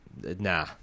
nah